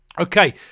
Okay